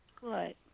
Good